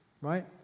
right